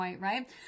right